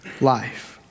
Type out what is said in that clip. life